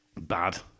Bad